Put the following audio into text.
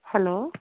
hello